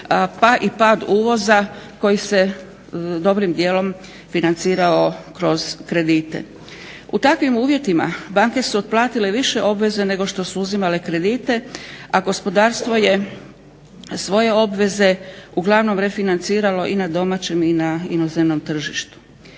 pa i pad uvoza koji se dobrim dijelom financirao kroz kredite. U takvim uvjetima banke su otplatile više obveze nego što su uzimale kredite, a gospodarstvo je svoje obveze uglavnom refinanciralo i na domaćem i na inozemnom tržištu.